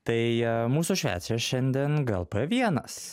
tai mūsų švečias šiandien gal p vienas